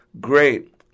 great